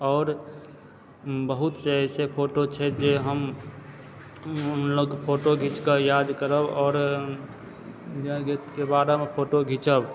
आओर बहुत से अइसँ फोटो छै जे हम हमलोग फोटो घीच कऽ याद करब आओर इंडिया गेटके बारेमे फोटो घिचब